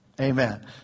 Amen